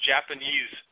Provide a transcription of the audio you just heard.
Japanese